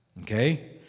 Okay